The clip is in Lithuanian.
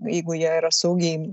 jeigu jie yra saugiai